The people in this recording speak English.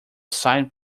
sign